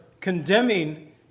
condemning